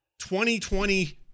2020